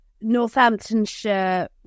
Northamptonshire